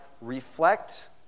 reflect